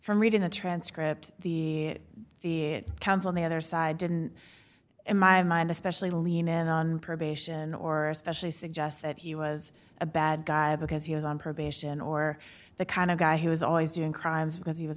from reading the transcript the counsel the other side didn't in my mind especially lean in on probation or especially suggest that he was a bad guy because he was on probation or the kind of guy who was always doing crimes because he was